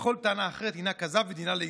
כל טענה אחרת הינה כזב ודינה להידחות.